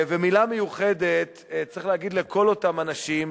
ומלה מיוחדת צריך להגיד לכל אותם אנשים,